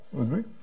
agree